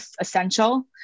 essential